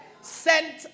sent